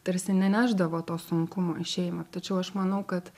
tarsi nenešdavo to sunkumo į šeimą tačiau aš manau kad